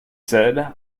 said